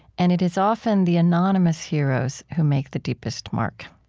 and it is often the anonymous heroes who make the deepest mark.